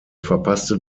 verpasste